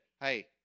hey